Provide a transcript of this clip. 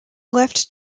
left